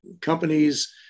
companies